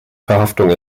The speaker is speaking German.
verhaftung